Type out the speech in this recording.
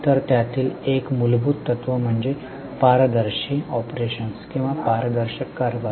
तर त्यातील एक मूलभूत तत्व म्हणजे पारदर्शी ऑपरेशन्स किंवा पारदर्शक कारभार